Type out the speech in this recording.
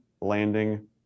landing